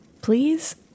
Please